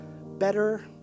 better